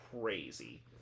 crazy